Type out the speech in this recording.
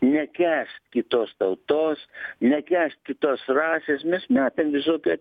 nekęst kitos tautos nekęst kitos rasės mes matėm visokių